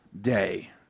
day